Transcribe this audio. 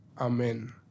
Amen